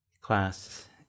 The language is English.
class